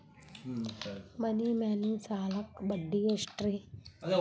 ಮನಿ ಮೇಲಿನ ಸಾಲಕ್ಕ ಬಡ್ಡಿ ಎಷ್ಟ್ರಿ?